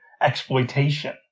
exploitation